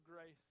grace